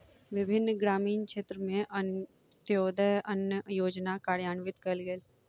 विभिन्न ग्रामीण क्षेत्र में अन्त्योदय अन्न योजना कार्यान्वित कयल गेल